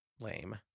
lame